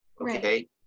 Okay